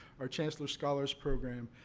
our chancellor's scholars program.